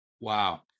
Wow